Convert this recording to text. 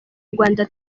urwanda